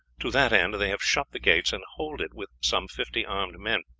to that end they have shut the gates, and hold it with some fifty armed men.